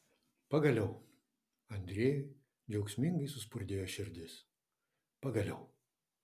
pagaliau andrejui džiaugsmingai suspurdėjo širdis pagaliau